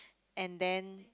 and then